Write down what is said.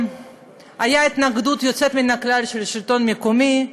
הייתה התנגדות יוצאת מן הכלל של השלטון המקומי.